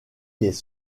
les